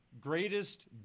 greatest